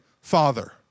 father